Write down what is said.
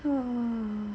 !wah!